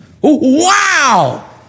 Wow